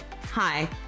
Hi